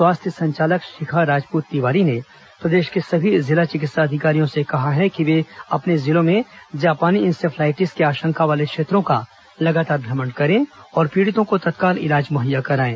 स्वास्थ्य संचालक शिखा राजपूत तिवारी ने विभागीय प्रदेश को सभी जिला चिकित्सा अधिकारियों से कहा है कि वे अपने जिलों में जापानी इंसेफेलाइटिस की आशंका वाले क्षेत्रों का लगातार भ्रमण करें और पीड़ितों को तत्काल इलाज मुहैया कराएं